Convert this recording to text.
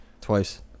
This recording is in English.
Twice